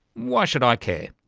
why should i care?